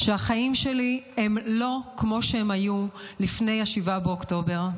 שהחיים שלי הם לא כמו שהם היו לפני 7 באוקטובר.